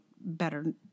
better